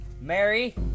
Mary